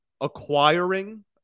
acquiring